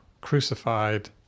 crucified